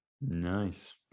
Nice